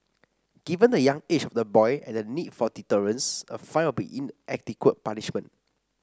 given the young age of the boy and the need for deterrence a fine would be an inadequate punishment